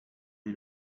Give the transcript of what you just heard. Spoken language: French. les